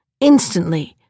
Instantly